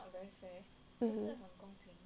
um